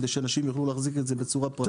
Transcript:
כדי שאנשים יוכלו להחזיק את זה בצורה פרטית.